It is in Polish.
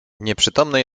nieprzytomny